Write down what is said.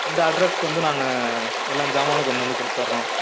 இந்த அட்ரஸ்க்கு வந்து நாங்கள் எல்லாம் சாமானும் கொண்டு வந்து கொடுத்தர்றோம்